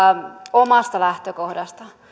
omasta lähtökohdastamme